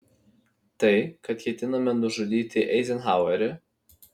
tai kad ketinama nužudyti eizenhauerį